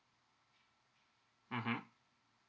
mmhmm